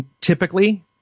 typically